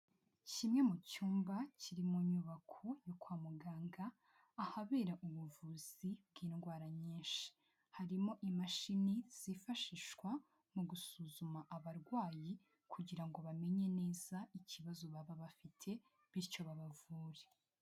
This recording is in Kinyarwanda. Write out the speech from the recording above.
Kimwe mu cyumba kiri mu nyubako yo kwa muganga, ahabera ubuvuzi bw'indwara nyinshi. Harimo imashini zifashishwa mu gusuzuma abarwayi kugira ngo bamenye neza ikibazo baba bafite bityo babavure.